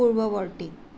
পূৰ্ৱৱৰ্তী